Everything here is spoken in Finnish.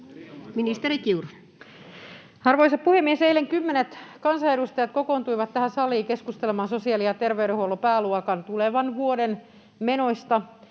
Ministeri Kiuru. Arvoisa puhemies! Eilen kymmenet kansanedustajat kokoontuivat tähän saliin keskustelemaan sosiaali- ja terveydenhuollon pääluokan tulevan vuoden menoista